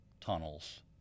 tunnels